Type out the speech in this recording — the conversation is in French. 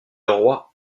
roi